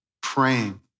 praying